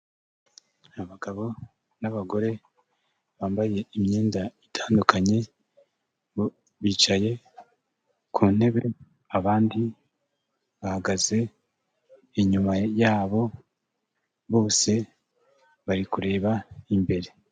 Abagabo n'abagore bambaye imyenda itandukanye, bo bicaye ku ntebe, abandi bahagaze inyuma yabo, bose bari kureba imbere.